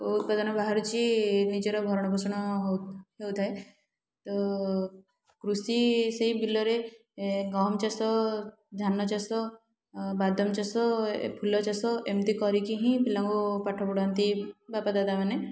ଓ ଉତ୍ପାଦନ ବାହାରୁଛି ନିଜର ଭରଣପୋଷଣ ହ ହେଉଥାଏ ତ କୃଷି ସେଇ ବିଲରେ ଏ ଗହମ ଚାଷ ଧାନଚାଷ ଅଁ ବାଦାମଚାଷ ଏ ଫୁଲଚାଷ ଏମିତି କରିକି ହିଁ ପିଲାଙ୍କୁ ପାଠ ପଢ଼ାନ୍ତି ବାପା ଦାଦା ମାନେ